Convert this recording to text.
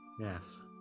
Yes